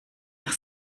nach